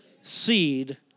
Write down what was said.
seed